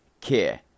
care